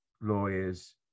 lawyers